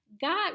God